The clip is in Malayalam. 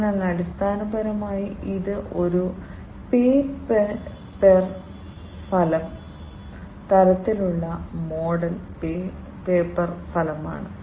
അതിനാൽ അടിസ്ഥാനപരമായി ഇത് ഒരു പേ പെർ ഫലം തരത്തിലുള്ള മോഡൽ പേപ്പർ ഫലമാണ്